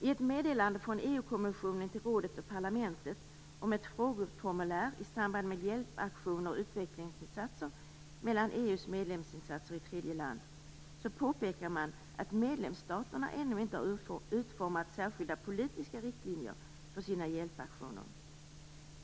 I ett meddelande från EU-kommissionen till rådet och parlamentet om ett frågeformulär om samband mellan hjälpaktioner och utvecklingsinsatser i tredje land och EU:s medlemsstater, påpekar man att medlemsstaterna ännu inte har utformat särskilda politiska riktlinjer för sina hjälpaktioner.